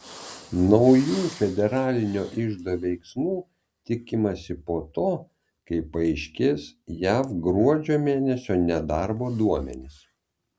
naujų federalinio iždo veiksmų tikimasi po to kai paaiškės jav gruodžio mėnesio nedarbo duomenys